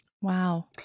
Wow